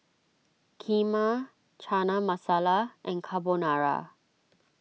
Kheema Chana Masala and Carbonara